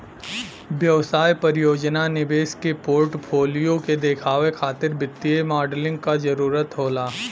व्यवसाय परियोजना निवेश के पोर्टफोलियो के देखावे खातिर वित्तीय मॉडलिंग क जरुरत होला